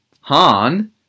Han